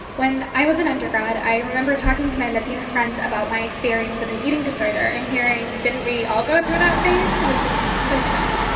when i was in undergrad, i remember talking to my latina friends about my experience with an eating disorder and hearing, didn't we all go through that phase? which is so sad.